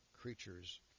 creatures